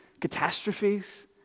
catastrophes